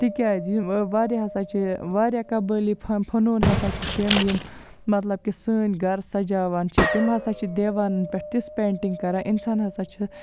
تِکیازِ واریاہ ہسا چھِ واریاہ قبٲیلی فن فنوٗن ہسا چھِ تِم یِم مَطلب کہِ سٲنۍ گَرٕ سجاوان چھِ تِم ہسا چھِ دیوارن پٮ۪ٹھ تِژھ پینٛٹِنٛگ کران اِنسان ہسا چھِ